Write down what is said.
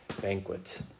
banquet